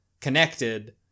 connected